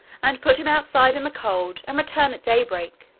and put him outside in the cold, and return at daybreak.